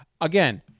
again